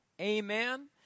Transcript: Amen